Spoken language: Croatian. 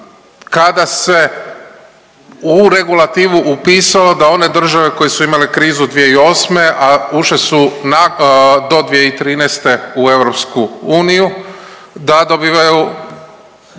kada se u regulativu upisalo da one države koje su imale krizu 2008., a ušle su na, do 2013. u EU da dobivaju